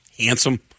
handsome